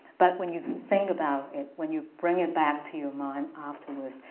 but when you think about it, when you bring it back to your mind afterwards,